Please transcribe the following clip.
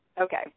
Okay